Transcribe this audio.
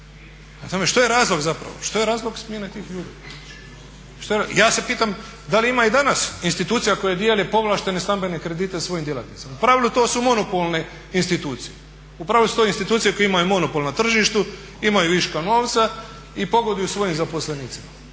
tome, što je razlog zapravo smjene tih ljudi? Ja se pitam da li ima i danas institucija koje dijele povlaštene stambene kredite svojim djelatnicima. U pravilu to su monopolne institucije, u pravilu su to institucije koje imaju monopol na tržištu, imaju viška novca i pogoduju svojim zaposlenicima.